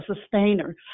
sustainer